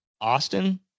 Austin